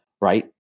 right